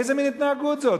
איזה מין התנהגות זאת?